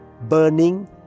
burning